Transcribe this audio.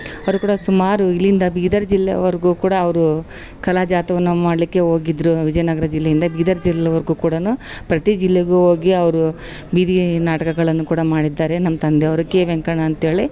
ಅವರು ಕೂಡ ಸುಮಾರು ಇಲ್ಲಿಂದ ಬೀದರ್ ಜಿಲ್ಲೆ ವರೆಗು ಕೂಡ ಅವರು ಕಲಾ ಜಾಥವನ್ನ ಮಾಡಲಿಕ್ಕೆ ಹೋಗಿದ್ರು ವಿಜಯನಗರ ಜಿಲ್ಲೆಯಿಂದ ಬೀದರ್ ಜಿಲ್ಲೆ ವರೆಗು ಕೂಡ ಪ್ರತಿ ಜಿಲ್ಲೆಗು ಹೋಗಿ ಅವರು ಬೀದೀ ನಾಟಕಗಳನ್ನು ಕೂಡ ಮಾಡಿದ್ದಾರೆ ನಮ್ಮ ತಂದೆಯವರು ಕೆ ವೆಂಕಣ್ಣ ಅಂತೇಳಿ